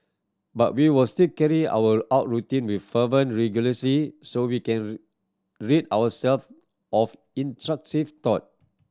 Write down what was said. but we will still carry our out routine with fervent religiosity so we can rid ourself of intrusive thought